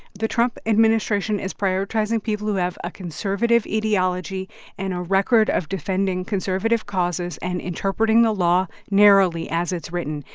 the trump administration is prioritizing people who have a conservative ideology and a record of defending conservative causes and interpreting the law narrowly, as it's written.